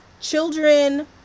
children